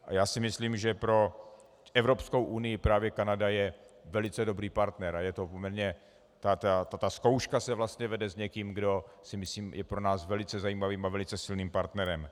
A já si myslím, že pro Evropskou unii právě Kanada je velice dobrý partner a je to poměrně ta zkouška se vlastně vede s někým, kdo je myslím pro nás velice zajímavým a velice silným partnerem.